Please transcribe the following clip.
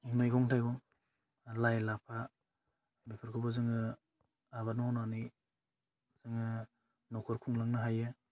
मैगं थाइगं लाइ लाफा बेफोरखौबो जोङो आबाद मावनानै न'खर खुंलांनो हायो